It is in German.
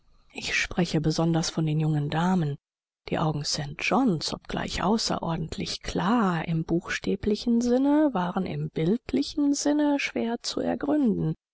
ich spreche besonders von den jungen damen die augen st johns obgleich außerordentlich klar im buchstäblichen sinne waren im bildlichen sinne schwer zu ergründen